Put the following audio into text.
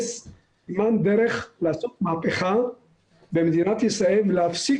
זה זמן לעשות מהפכה במדינת ישראל ולהפסיק